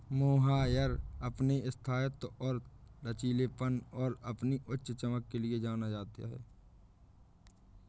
mohair अपने स्थायित्व और लचीलेपन और अपनी उच्च चमक के लिए जाना जाता है